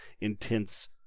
intense